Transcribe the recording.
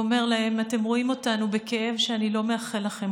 ואומר להם: אתם רואים אותנו בכאב שאני לא מאחל לכם,